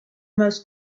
most